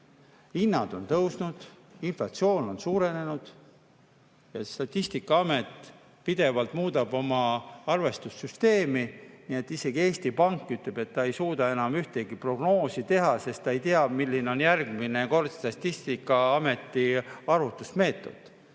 hinnad on tõusnud, inflatsioon on suurenenud. Statistikaamet pidevalt muudab oma arvestussüsteemi, nii et isegi Eesti Pank ütleb, et ta ei suuda enam ühtegi prognoosi teha, sest ta ei tea, milline on järgmine kord Statistikaameti arvutusmeetod,